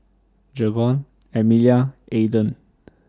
Jevon Emilia Aydan